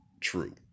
True